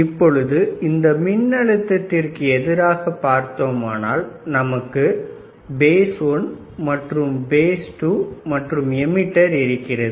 இப்பொழுது இந்த மின் அழுத்தத்திற்கு எதிராக பார்த்தோமானால் நமக்கு பேஸ்1 மற்றும் பேஸ்2 மற்றும் எமிட்டர் இருக்கிறது